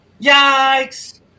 Yikes